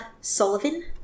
Sullivan